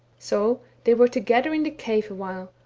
so they were together in the cave awhile,